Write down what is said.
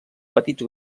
petits